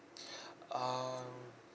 um